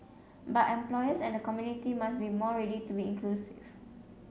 but employers and the community must be more ready to be inclusive